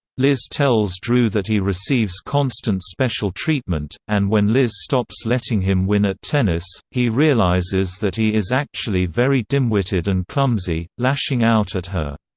liz tells drew that he receives constant special treatment, and when liz stops letting him win at tennis, he realizes that he is actually very dimwitted and clumsy, lashing out at her.